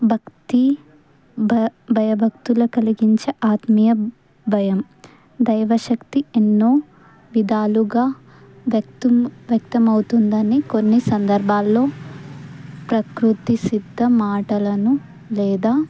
భక్తి భ భయభక్తుల్లు కలిగించే ఆత్మీయ భయం దైవశక్తి ఎన్నో విధాలుగా వ్యక్తుం వ్యక్తమవుతుందని కొన్ని సందర్భాల్లో ప్రకృతి సిద్ధ మాటలను లేదా